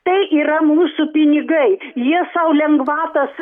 tai yra mūsų pinigai jie sau lengvatas